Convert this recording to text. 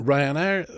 Ryanair